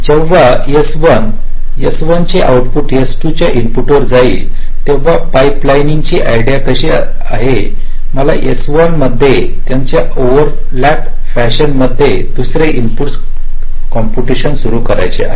जेव्हा हे S1 S1 चे ऑऊट्पुट S2 च्या इनपुटिर जाईल तेव्हा पाईपलाइनिंगची आयडिया अशी आहे की मला S1 मध्ये त्याच ओव्हरलॅप फॅशन मध्ये दुसरे इनपुटस कॉम्पुटेशन सुरू करायचे आहे